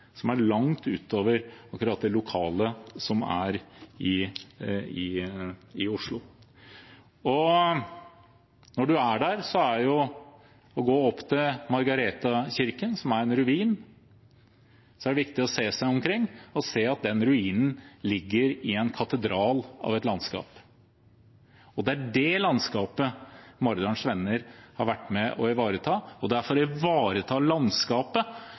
langt utover akkurat det lokale i Oslo. Når man er der og går opp til Margaretakirken, som er en ruin, er det viktig å se seg omkring og se at den ruinen ligger i en katedral av et landskap. Det er det landskapet Maridalens Venner har vært med på å ivareta, og det er å ivareta landskapet